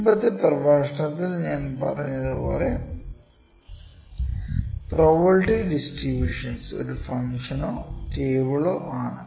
മുമ്പത്തെ പ്രഭാഷണങ്ങളിൽ ഞാൻ പറഞ്ഞതുപോലെ പ്രോബബിലിറ്റി ഡിസ്ട്രിബ്യൂഷനുകൾ ഒരു ഫംഗ്ഷനോ ടേബിളോ ആണ്